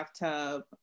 bathtub